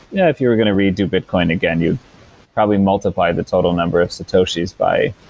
yeah if you were going to redo bitcoin again, you'd probably multiply the total number of satoshis by,